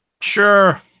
sure